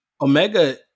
Omega